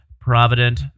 Provident